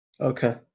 okay